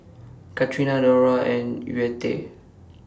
Catrina Dora and Yvette